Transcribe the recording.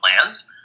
plans